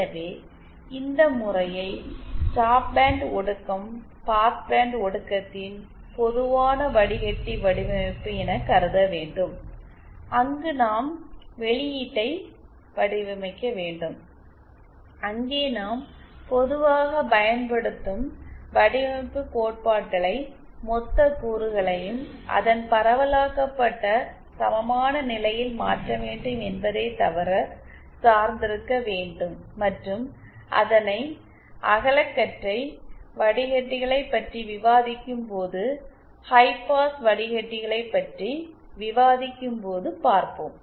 எனவே இந்த முறையை ஸ்டாப் பேண்ட் ஒடுக்கம் பாஸ்பேண்ட் ஒடுக்கத்தின் பொதுவான வடிகட்டி வடிவமைப்பு என கருத வேண்டும் அங்கு நாம் வெளியீட்டை வடிவமைக்க வேண்டும் அங்கே நாம் பொதுவாக பயன்படுத்தும் வடிவமைப்பு கோட்பாடுகளை மொத்த கூறுகளையும் அதன் பரவலாக்கப்பட்ட சமமான நிலையில் மாற்ற வேண்டும் என்பதை தவிர சார்ந்திருக்க வேண்டும் மற்றும் அதனை அகலகற்றை வடிக்கட்டிகளை பற்றி விவாதிக்கும்போது ஹைபாஸ் வடிக்கட்டிகளைப் பற்றி விவாதிக்கும்போது பார்ப்போம்